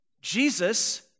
Jesus